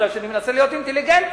כי אני מנסה להיות אינטליגנטי.